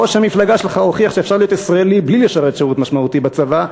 ראש המפלגה שלך הוכיח שאפשר להיות ישראלי בלי לשרת שירות משמעותי בצבא,